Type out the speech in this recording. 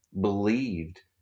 believed